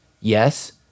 Yes